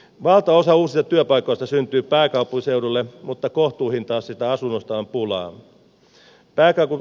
valtaosa uusista työpaikoista syntyy pääkaupunkiseudulle mutta kohtuuhintaisista asunnoista on pulaa